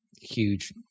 huge